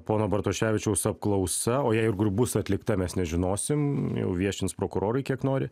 pono bartoševičiaus apklausa o jei ir bus atlikta mes nežinosim jau viešins prokurorai kiek nori